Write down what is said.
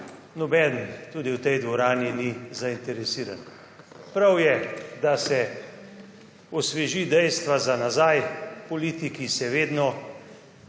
nihče tudi v tej dvorani ni zainteresiran. Prav je, da se osvežijo dejstva za nazaj, v politiki se vedno